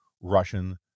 Russian